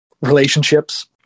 relationships